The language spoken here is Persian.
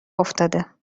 افتاده